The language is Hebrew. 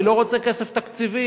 אני לא רוצה כסף תקציבי.